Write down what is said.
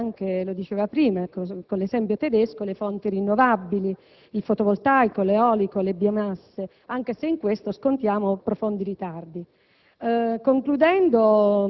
incentivare, lo ha dichiarato prima riguardo all'esempio tedesco, le fonti rinnovabili, il fotovoltaico, l'eolico, le biomasse, anche se in questo scontiamo profondi ritardi.